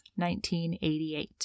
1988